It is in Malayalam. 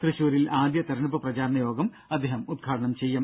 തൃശൂരിൽ ആദ്യ തെരഞ്ഞെടുപ്പ് പ്രചാരണ യോഗം അദ്ദേഹം ഉദ്ഘാടനം ചെയ്യും